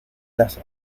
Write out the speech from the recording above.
las